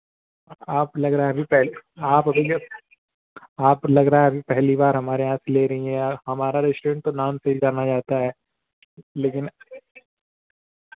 आप लग रहा है अभी पहले आप अभी जब आप लग रहा है अभी पहली बार हमारे यहाँ से ले रही हैं या हमारा रेश्टोरेंट तो नाम से ही जाना जाता है लेकिन